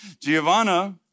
Giovanna